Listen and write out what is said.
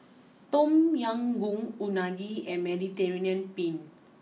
Tom Yam Goong Unagi and Mediterranean Penne